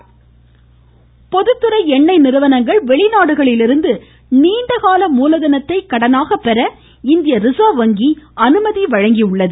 reserve வங்கி பொதுத்துறை எண்ணெய் நிறுவனங்கள் வெளிநாடுகளிலிருந்து நீண்டகால மூலதனத்தை கடனாக பெற இந்திய ரிசர்வ் வங்கி அனுமதி வழங்கியுள்ளது